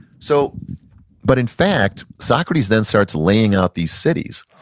so but in fact, socrates then starts laying out these cities,